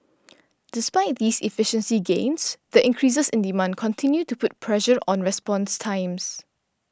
despite these efficiency gains the increases in demand continue to put pressure on response times